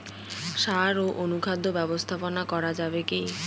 সাড় ও অনুখাদ্য ব্যবস্থাপনা করা যাবে কি?